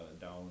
down